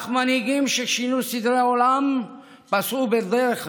אך מנהיגים ששינו סדרי עולם פסעו בדרך הזאת,